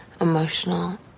emotional